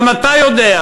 גם אתה יודע.